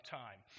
time